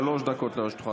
שלוש דקות לרשותך,